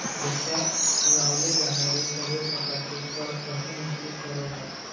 देशात लावले जाणारे सर्व प्रकारचे कर अर्थमंत्री ठरवतात